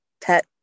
pet